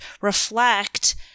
reflect